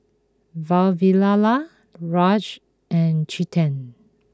Vavilala Raj and Chetan